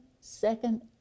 second